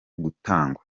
gutangwa